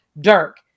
Dirk